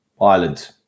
Ireland